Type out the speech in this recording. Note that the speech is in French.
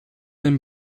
aime